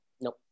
nope